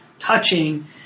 touching